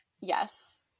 yes